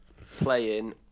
playing